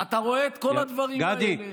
אתה רואה את כל הדברים האלה,